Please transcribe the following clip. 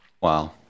Wow